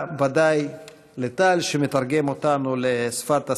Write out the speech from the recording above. תודה ודאי לטל, שמתרגם אותנו לשפת הסימנים,